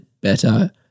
better